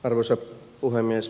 arvoisa puhemies